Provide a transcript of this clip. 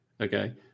Okay